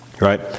right